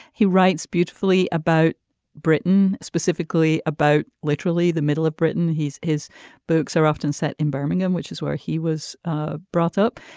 he writes beautifully about britain specifically about literally the middle of britain. he's. his books are often set in birmingham which is where he was brought up.